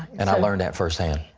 and i learned that firsthand.